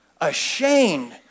ashamed